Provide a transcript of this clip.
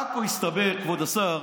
עכו, הסתבר, כבוד השר,